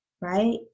right